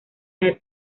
edad